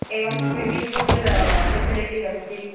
एवं swimming pool facility अस्ति